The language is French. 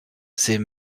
ses